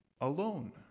alone